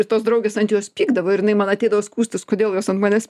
ir tos draugės ant jos pykdavo ir jinai man ateidavo skųstis kodėl jos ant manęs